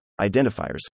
identifiers